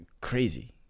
crazy